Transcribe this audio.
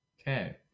okay